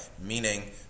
meaning